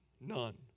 None